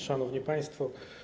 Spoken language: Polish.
Szanowni Państwo!